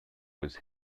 was